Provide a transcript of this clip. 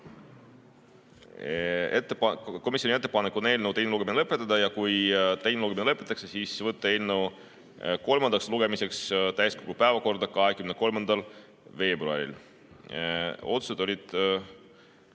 Komisjoni ettepanek on eelnõu teine lugemine lõpetada ja kui teine lugemine lõpetatakse, siis võtta eelnõu kolmandaks lugemiseks täiskogu päevakorda 23. veebruaril. Otsused olid